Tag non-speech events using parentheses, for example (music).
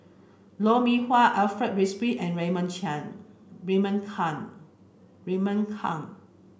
Lou Mee Wah Alfred Frisby and Raymond (unintelligible) Raymond Kang Raymond Kang